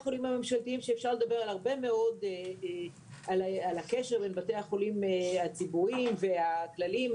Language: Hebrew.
אפשר לדבר הרבה מאוד על הקשר בין בתי החולים הציבוריים והכלליים,